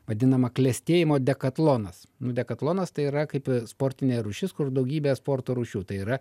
vadinamą klestėjimo dekatlonas nu dekatlonas tai yra kaip sportinė rūšis kur daugybę sporto rūšių tai yra